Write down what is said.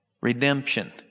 redemption